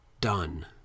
done